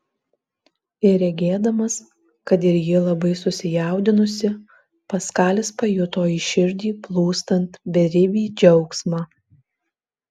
ir regėdamas kad ir ji labai susijaudinusi paskalis pajuto į širdį plūstant beribį džiaugsmą